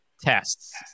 tests